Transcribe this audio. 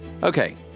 Okay